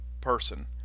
person